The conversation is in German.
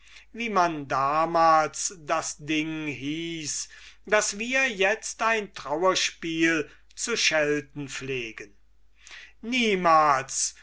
wie man damals das ding hieß daß wir itzt ein trauerspiel zu schelten pflegen niemals